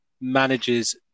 manages